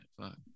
Fuck